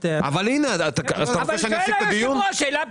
תן ליושב ראש תשובה על שאלה פשוטה.